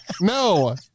No